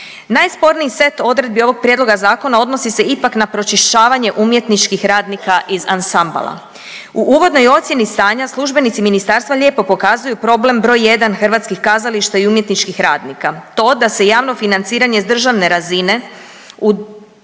Najsporniji set odredbi ovog prijedloga zakona odnosi se ipak na pročišćavanje umjetničkih radnika iz ansambala. U uvodnoj ocijeni stanja službenici ministarstva lijepo pokazuju problem broj jedan hrvatskih kazališta i umjetničkih radnika, to da se javno financiranje s državne razine od